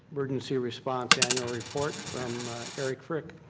emergency response annual report from harry frick.